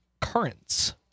currents